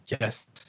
Yes